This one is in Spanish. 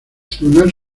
tribunal